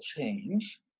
change